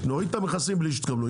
נוריד את המכסים בלי שתקבלו,